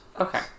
okay